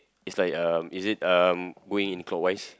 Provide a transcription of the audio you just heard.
it's like um is it um going in clockwise